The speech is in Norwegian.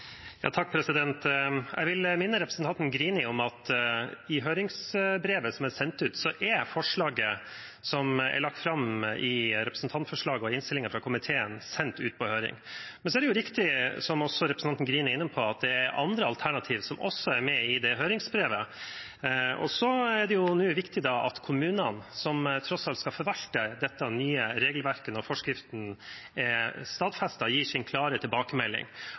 representanten Greni var inne på, at det er andre alternativ som også er med i det høringsbrevet. Nå er det viktig at kommunene, som tross alt skal forvalte dette nye regelverket når forskriften er stadfestet, gir sin klare tilbakemelding. Jeg skal være ærlig på at jeg er tilhenger av første alternativ,